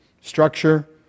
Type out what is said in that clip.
structure